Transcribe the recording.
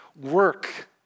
work